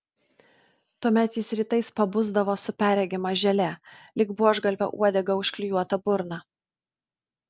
tuomet jis rytais pabusdavo su perregima želė lyg buožgalvio uodega užklijuota burna